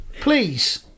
Please